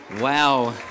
wow